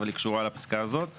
אבל היא קשורה לפסקה הזאת.